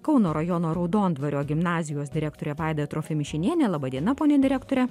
kauno rajono raudondvario gimnazijos direktore vaida trofimišiniene laba diena pone direktore